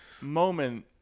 moment